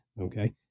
okay